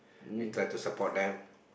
we try to support them